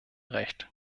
recht